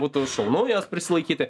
būtų šaunu juos prisilaikyti